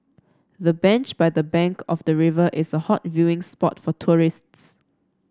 the bench by the bank of the river is a hot viewing spot for tourists